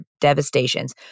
devastations